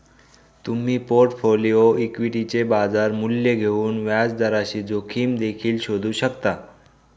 तुम्ही पोर्टफोलिओ इक्विटीचे बाजार मूल्य घेऊन व्याजदराची जोखीम देखील शोधू शकता